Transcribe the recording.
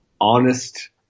honest